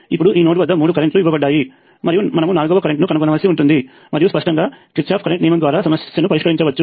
ఇప్పుడు ఈ నోడ్ వద్ద మూడు కరెంట్ లు ఇవ్వబడ్డాయి మరియు మనము నాల్గవ కరెంట్ ను కనుగొనవలసి ఉంది మరియు స్పష్టంగా కిర్చాఫ్ కరెంట్ నియమం ద్వారా సమస్యను పరిష్కరించవచ్చు